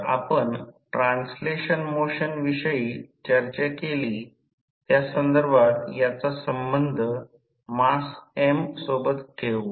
तर आपण translational motion विषयी चर्चा केली त्यासंदर्भात याचा संबंध मास m सोबत ठेवू